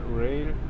rail